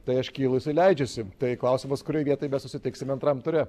tai aš kylu jisai leidžiasi tai klausimas kurioj vietoje mes susitiksime antram ture